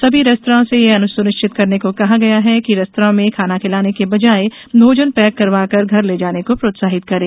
सभी रेस्तरां से यह सुनिश्चित करने को कहा गया है कि रेस्तरां में खाना खिलाने के बजाय भोजन पैक करवाकर घर ले जाने को प्रोत्साहित करें